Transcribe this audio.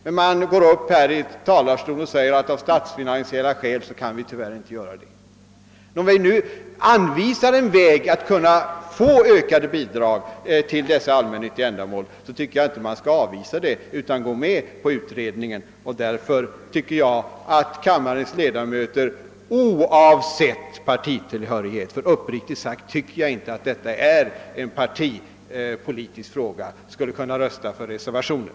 Men man tvingas att gå upp här i talarstolen och hänvisa till att man av statsfinansiella skäl inte kan tillstyrka förslag om bidrag. När vi nu anvisar en väg som gör det möjligt att ge ökat bidrag till dessa allmännyttiga ändamål, tycker jag att man inte bör avvisa förslaget om en utredning av denna fråga. Därför anser jag att alla kammarens ledamöter oavsett partitillhörighet — uppriktigt sagt tycker jag inte att detta är en partipolitisk fråga — skulle kunna rösta för reservationen.